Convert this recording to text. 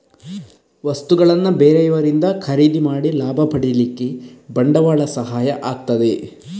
ವಸ್ತುಗಳನ್ನ ಬೇರೆಯವರಿಂದ ಖರೀದಿ ಮಾಡಿ ಲಾಭ ಪಡೀಲಿಕ್ಕೆ ಬಂಡವಾಳ ಸಹಾಯ ಆಗ್ತದೆ